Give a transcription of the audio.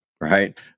right